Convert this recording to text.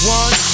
one